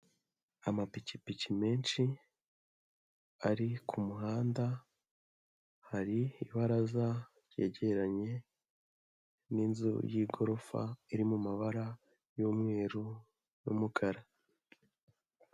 Amapikipiki menshi, ari ku muhanda, hari ibaraza ryegeranye n'inzu y'igorofa, iri mu mabara y'umweru n'umukara.